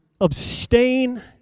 abstain